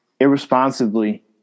irresponsibly